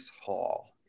Hall